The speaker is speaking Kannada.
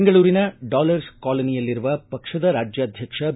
ಬೆಂಗಳೂರಿನ ಡಾಲರ್ಸ್ ಕಾಲನಿಯಲ್ಲಿರುವ ಪಕ್ಷದ ರಾಜ್ಯಾಧ್ಯಕ್ಷ ಬಿ